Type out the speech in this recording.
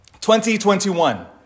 2021